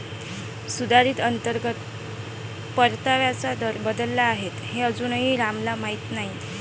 सुधारित अंतर्गत परताव्याचा दर बदलला आहे हे अजूनही रामला माहीत नाही